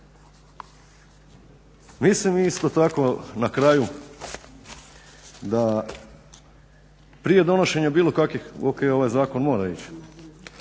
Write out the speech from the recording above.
Mislim isto tako na kraju da prije donošenja bilo kakvih … ovaj zakon mora ići